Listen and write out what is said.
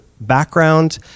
background